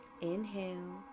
inhale